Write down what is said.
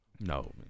No